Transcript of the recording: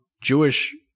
Jewish